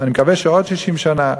ואני מקווה שעוד 60 שנה,